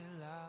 love